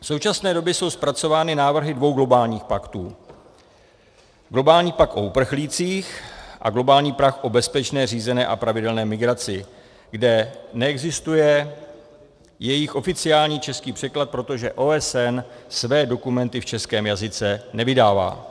V současné době jsou zpracovány návrhy dvou globálních paktů, globální pakt o uprchlících a globální pakt o bezpečné, řízené a pravidelné migraci, kde neexistuje jejich oficiální český překlad, protože OSN své dokumenty v českém jazyce nevydává.